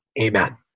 Amen